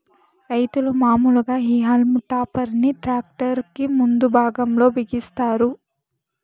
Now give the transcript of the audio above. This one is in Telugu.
రైతులు మాములుగా ఈ హల్మ్ టాపర్ ని ట్రాక్టర్ కి ముందు భాగం లో బిగిస్తారు